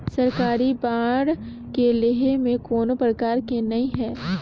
सरकारी बांड के लेहे में कोनो परकार के नइ हे